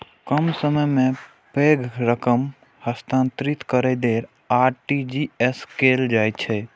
कम समय मे पैघ रकम हस्तांतरित करै लेल आर.टी.जी.एस कैल जाइ छै